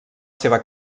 seva